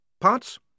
parts